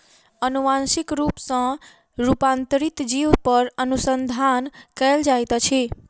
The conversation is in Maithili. अनुवांशिक रूप सॅ रूपांतरित जीव पर अनुसंधान कयल जाइत अछि